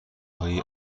هایی